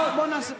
בואו נעשה.